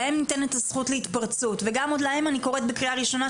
להם ניתנת הזכות להתפרצות וגם עוד להם אני קוראת בקריאה ראשונה,